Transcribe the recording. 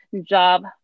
job